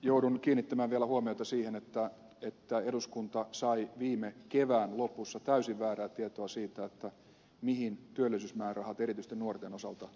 joudun kiinnittämään vielä huomiota siihen että eduskunta sai viime kevään lopussa täysin väärää tietoa siitä mihin työllisyysmäärärahat erityisesti nuorten osalta riittävät